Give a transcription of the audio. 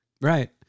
Right